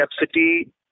capacity